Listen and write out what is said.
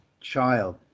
child